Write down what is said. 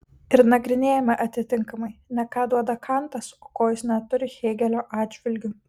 ir nagrinėjame atitinkamai ne ką duoda kantas o ko jis neturi hėgelio atžvilgiu